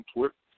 Twitter